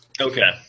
Okay